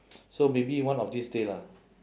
so maybe one of these day lah